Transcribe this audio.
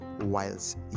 whilst